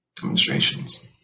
demonstrations